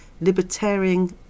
libertarian